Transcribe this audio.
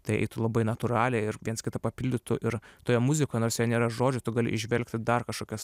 tai eitų labai natūraliai ir viens kitą papildytų ir toje muzikoj nors joje nėra žodžių tu gali įžvelgti dar kažkokias